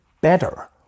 better